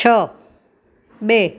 છ બે